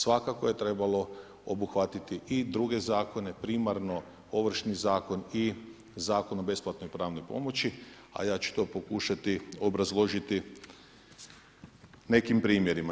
Svakako je trebalo obuhvatiti i druge zakone, primarno, Ovršni zakon i Zakon o besplatnoj pravnoj pomoći, a ja ću to pokušati obrazložiti nekim primjerima.